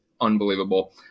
unbelievable